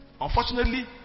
unfortunately